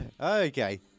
Okay